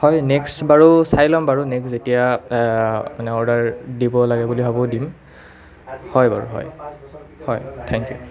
হয় নেক্সট বাৰু চাই লম বাৰু নেক্সট যেতিয়া মানে অৰ্ডাৰ দিব লাগে বুলি ভাবোঁ দিম হয় বাৰু হয় হয় থেংক ইউ